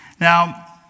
Now